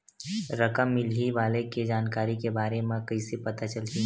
रकम मिलही वाले के जानकारी के बारे मा कइसे पता चलही?